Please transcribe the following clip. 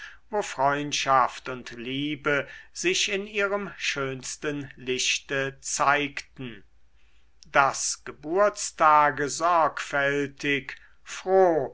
freundschaft und liebe sich in ihrem schönsten lichte zeigten daß geburtstage sorgfältig froh